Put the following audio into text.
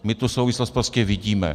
My tu souvislost prostě vidíme.